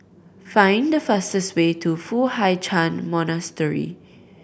find the fastest way to Foo Hai Ch'an Monastery